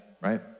right